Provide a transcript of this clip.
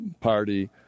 Party